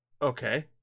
Okay